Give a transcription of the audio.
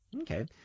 Okay